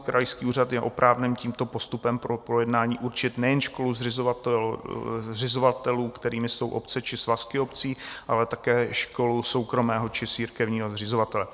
Krajský úřad je oprávněn tímto postupem pro projednání určit nejen školu zřizovatelů, kterými jsou obce či svazky obcí, ale také školu soukromého či církevního zřizovatele.